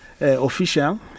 official